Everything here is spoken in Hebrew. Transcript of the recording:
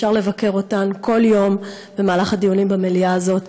אפשר לבקר אותן כל יום במהלך הדיונים במליאה הזאת,